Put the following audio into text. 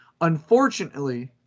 Unfortunately